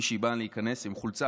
מישהי באה להיכנס עם חולצה